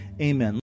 Amen